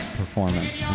performance